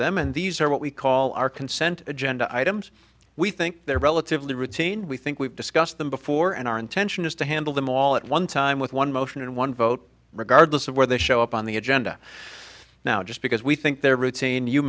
them and these are what we call our consent agenda items we think they're relatively routine we think we've discussed them before and our intention is to handle them all at one time with one motion and one vote regardless of where they show up on the agenda now just because we think their routine you